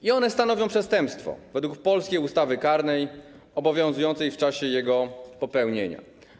I one stanowią przestępstwo według polskiej ustawy karnej obowiązującej w czasie jego popełnienia.